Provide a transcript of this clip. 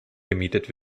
gemietet